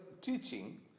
teaching